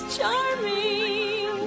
Charming